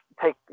take